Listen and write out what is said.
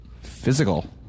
Physical